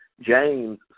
James